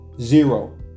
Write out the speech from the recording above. zero